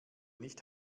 nicht